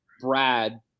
Brad